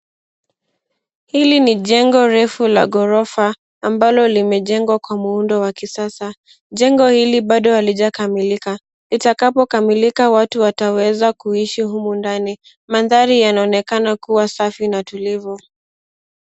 Hili ni jengo refu la ghorofa ambalo limejengwa kwa muundo wa kisasa jengo hili bado halijakamilika itakapokamilika watu wataweza kuishi humu ndani mandhari yanaonekana kuwa safi na tulivu.